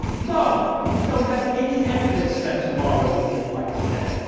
no. we don't have any evidence that tomorrow will be like today.